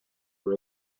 were